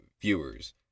viewers